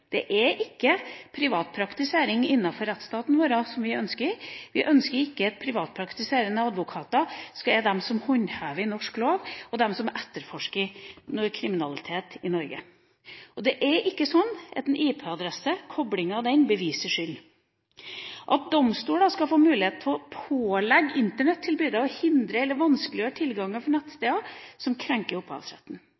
Vi ønsker ikke privatpraktisering innenfor rettsstaten vår, vi ønsker ikke at privatpraktiserende advokater skal håndheve norsk lov og etterforske kriminalitet i Norge. Det er ikke sånn at en IP-adresse og kobling av den beviser skyld. Domstoler skal få mulighet til å pålegge internettilbydere å hindre eller vanskeliggjøre tilgangen for